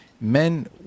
men